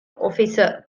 އޮފިސަރ